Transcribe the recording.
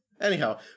Anyhow